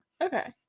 okay